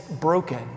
broken